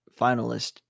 finalist